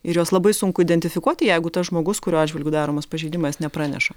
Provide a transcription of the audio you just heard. ir juos labai sunku identifikuoti jeigu tas žmogus kurio atžvilgiu daromas pažeidimas nepraneša